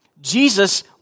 Jesus